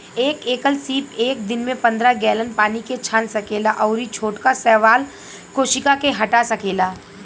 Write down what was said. एक एकल सीप एक दिन में पंद्रह गैलन पानी के छान सकेला अउरी छोटका शैवाल कोशिका के हटा सकेला